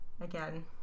again